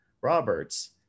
Robert's